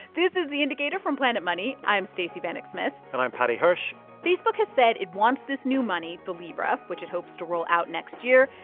this is the indicator from planet money. i'm stacey vanek smith and i'm paddy hirsch facebook has said it wants this new money, the libra, which it hopes to roll out next year,